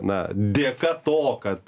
na dėka to kad